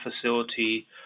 facility